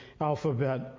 alphabet